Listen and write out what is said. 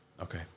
Okay